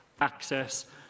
access